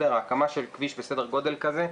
ההקמה של כביש בסדר גודל כזה,